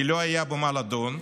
כי לא היה במה לדון,